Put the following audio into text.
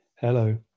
Hello